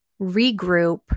regroup